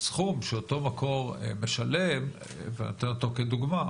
הסכום שאותו מקור משלם ואני נותן אותו כדוגמה,